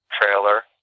trailer